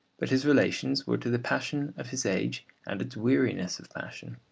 but his relations were to the passion of his age and its weariness of passion.